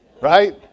right